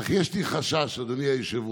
אך יש לי חשש, אדוני היושב-ראש,